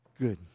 Good